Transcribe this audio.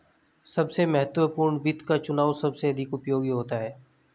सबसे महत्वपूर्ण वित्त का चुनाव सबसे अधिक उपयोगी होता है